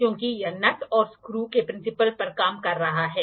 protractor dial base के एक circular cross section पर लगाया गया है